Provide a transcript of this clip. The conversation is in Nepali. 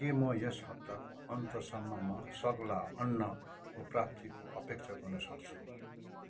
के म यस हप्ताको अन्त्यसम्ममा सग्ला अन्नको प्राप्तिको अपेक्षा गर्न सक्छु